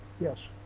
Yes